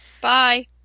Bye